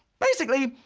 basically,